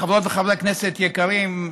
חברות וחברי כנסת יקרים,